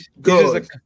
good